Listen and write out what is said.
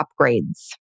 upgrades